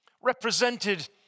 represented